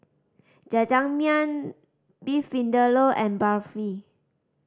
Jajangmyeon Beef Vindaloo and Barfi